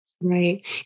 Right